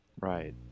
Right